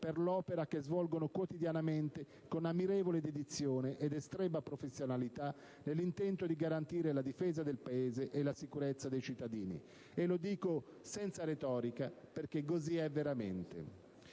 per l'opera che svolgono, quotidianamente, con ammirevole dedizione ed estrema professionalità, nell'intento di garantire la difesa del Paese e la sicurezza e dei cittadini. E lo dico senza retorica, perché così è veramente.